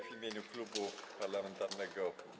W imieniu Klubu Parlamentarnego.